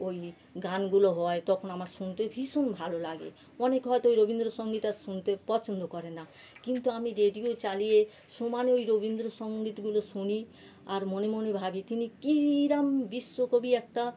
ওই গানগুলো হয় তখন আমার শুনতে ভীষণ ভালো লাগে অনেক হয়তো ওই রবীন্দ্রসঙ্গীত আর শুনতে পছন্দ করে না কিন্তু আমি রেডিও চালিয়ে সমানে ওই রবীন্দ্রসঙ্গীতগুলো শুনি আর মনে মনে ভাবি তিনি কীরকম বিশ্বকবি একটা